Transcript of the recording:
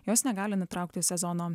jos negali nutraukti sezono